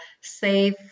safe